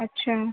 اچھا